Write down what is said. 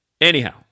anyhow